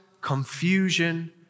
confusion